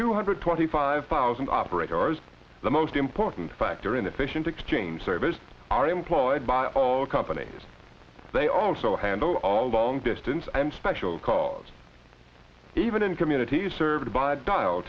two hundred twenty five thousand operators the most important factor in efficient exchange service are employed by all companies they also handle all day long distance and special because even in communities served by a dial